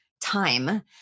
time